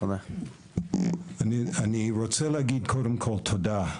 אני רוצה לומר קודם כל תודה.